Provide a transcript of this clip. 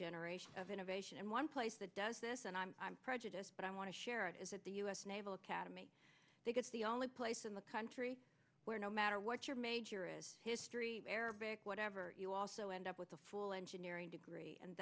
generation of innovation and one place that does this and i'm prejudiced but i want to share it is at the u s naval academy because the only place in the country where no matter what your major is history arabic whatever you also end up with a full engineering degree and